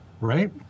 right